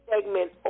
segment